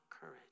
courage